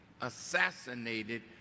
assassinated